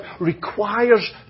requires